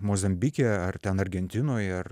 mozambike ar ten argentinoj ar